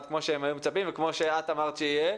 כמו שהם היו מצפים וכמו שאת אמרת שיהיה.